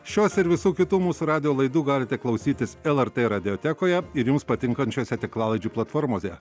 šios ir visų kitų mūsų radijo laidų galite klausytis lrt radiotekoje ir jums patinkančiose tinklalaidžių platformose